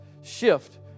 shift